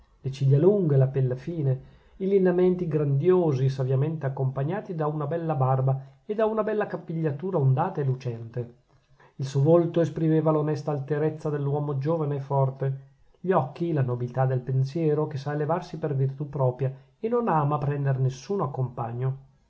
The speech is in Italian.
azzurrina le ciglia lunghe la pelle fine i lineamenti grandiosi saviamente accompagnati da una bella barba e da una bella capigliatura ondata e lucente il suo volto esprimeva l'onesta alterezza dell'uomo giovane e forte gli occhi la nobiltà del pensiero che sa elevarsi per virtù propria e non ama prender nessuno